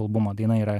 albumo daina yra